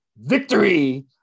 Victory